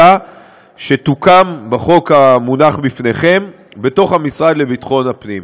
שתוקם בחוק המונח לפניכם במשרד לביטחון הפנים.